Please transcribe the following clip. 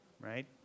right